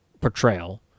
portrayal